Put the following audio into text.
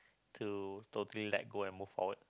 to totally let go and move forward